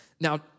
Now